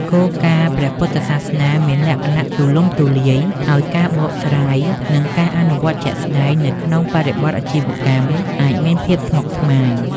គោលការណ៍ព្រះពុទ្ធសាសនាមានលក្ខណៈទូលំទូលាយ ហើយការបកស្រាយ និងការអនុវត្តជាក់ស្តែងនៅក្នុងបរិបទអាជីវកម្មអាចមានភាពស្មុគស្មាញ។